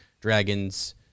dragons